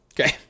okay